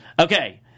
Okay